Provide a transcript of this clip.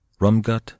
Rumgut